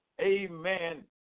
amen